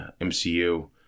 MCU